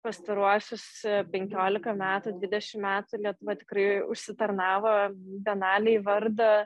pastaruosius penkiolika metų dvidešim metų lietuva tikrai užsitarnavo bienalėj vardą